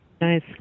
nice